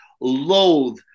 loathe